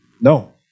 No